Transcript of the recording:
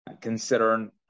considering